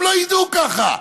הם לא ידעו ככה.